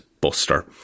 Buster